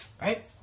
right